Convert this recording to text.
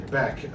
back